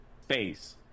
space